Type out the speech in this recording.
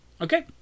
Okay